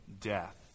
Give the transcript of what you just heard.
death